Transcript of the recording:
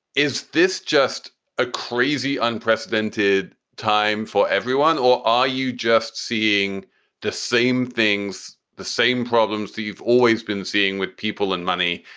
is this just a crazy, unprecedented time for everyone? or are you just seeing the same things, the same problems that you've always been seeing with people and money?